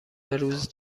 روز